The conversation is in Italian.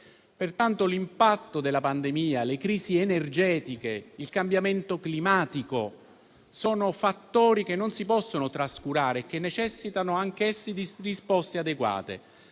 Pertanto, l'impatto della pandemia, le crisi energetiche, il cambiamento climatico sono fattori che non si possono trascurare e che necessitano anch'essi di risposte adeguate.